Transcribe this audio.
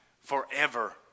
forever